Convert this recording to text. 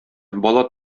бала